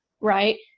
right